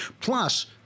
Plus